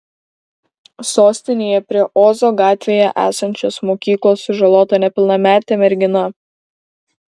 sostinėje prie ozo gatvėje esančios mokyklos sužalota nepilnametė mergina